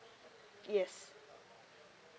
yes